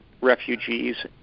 refugees